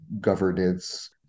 governance